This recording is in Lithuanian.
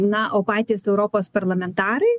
na o patys europos parlamentarai